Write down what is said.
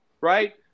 right